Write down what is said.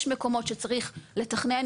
יש מקומות שצריך לתכנן,